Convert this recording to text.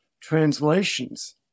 translations